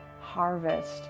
harvest